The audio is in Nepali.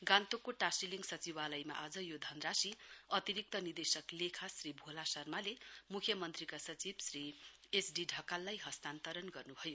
गान्तोकमा टाशीलिङ सचिवालयमा आज यो धनराशि अतिरिक्ति निर्देशक लेखा श्री भोला शर्माले म्ख्यमन्त्रीका सचिव श्री एस डी ढकाललाई हस्तान्तरण गर्नुभयो